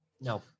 No